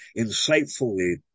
insightfully